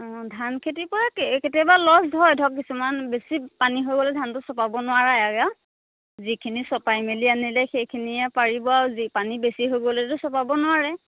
অঁ ধান খেতিৰপৰা এই কেতিয়াবা লষ্ট হয় ধৰক কিছুমান বেছি পানী হৈ গ'লে ধানটো চপাব নোৱাৰা যিখিনি চপাই মেলি আনিলে সেইখিনিয়ে পাৰিব আৰু পানী বেছি হৈ গ'লেতো চপাব নোৱাৰে